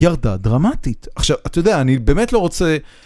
ירדה דרמטית, עכשיו אתה יודע אני באמת לא רוצה